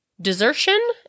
desertion